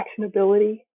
actionability